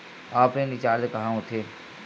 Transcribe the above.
Offline recharge कहां होथे?